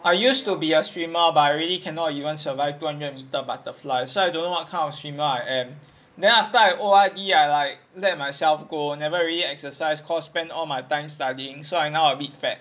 I used to be a swimmer but I already cannot even survived two hundred meter butterfly so I don't know what kind of swimmer I am then after I O_R_D I like let myself go never really exercise cause spend all my time studying so I now a bit fat